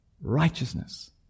Righteousness